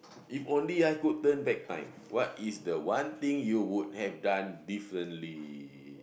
if only I could turn back time what is the one thing you would have done differently